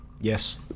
Yes